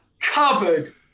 covered